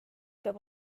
peab